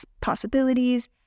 possibilities